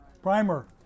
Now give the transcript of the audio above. Primer